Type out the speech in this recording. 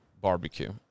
barbecue